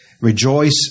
Rejoice